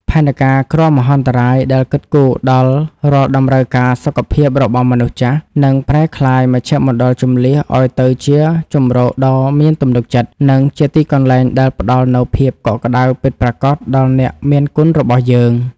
ផែនការគ្រោះមហន្តរាយដែលគិតគូរដល់រាល់តម្រូវការសុខភាពរបស់មនុស្សចាស់ នឹងប្រែក្លាយមជ្ឈមណ្ឌលជម្លៀសឱ្យទៅជាជម្រកដ៏មានទំនុកចិត្ត និងជាទីកន្លែងដែលផ្តល់នូវភាពកក់ក្តៅពិតប្រាកដដល់អ្នកមានគុណរបស់យើង។